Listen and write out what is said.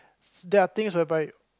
there are things where by